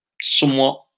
somewhat